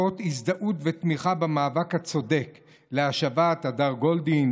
כאות הזדהות ותמיכה במאבק הצודק להשבת הדר גולדין,